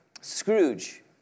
Scrooge